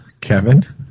Kevin